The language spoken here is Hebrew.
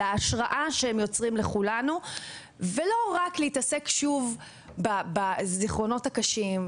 להשראה שהם יוצרים לכולנו ולא רק להתעסק שוב בזיכרונות הקשים,